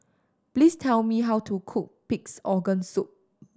please tell me how to cook Pig's Organ Soup